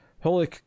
Holy